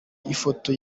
ifoto